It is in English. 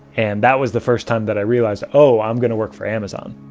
and that was the first time that i realized, oh, i'm going to work for amazon.